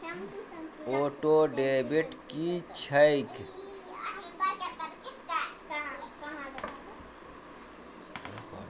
Auto debit की छैक?